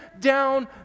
down